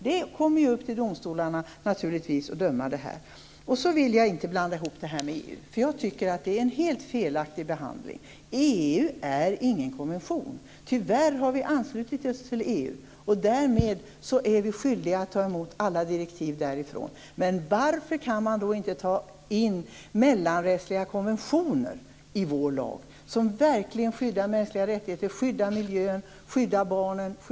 Det kommer naturligtvis till domstolarna där man får döma om det här. Sedan vill jag inte blanda ihop den här frågan med EU. Jag tycker att det är en helt felaktig behandling. EU är inte någon konvention. Tyvärr har vi anslutit oss till EU, och därmed är vi skyldiga att ta emot alla direktiv därifrån. Varför kan man då inte ta in mellanrättsliga konventioner i vår lag? De skyddar verkligen mänskliga rättigheter, miljön och barnen.